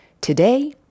Today